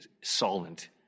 solvent